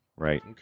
Right